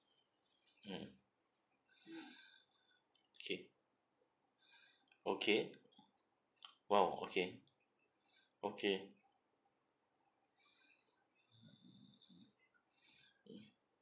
mm okay okay !wow! okay okay